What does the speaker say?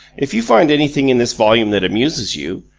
if you find anything in this volume that amuses you,